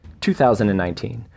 2019